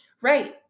Right